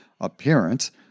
appearance